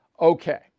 Okay